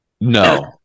No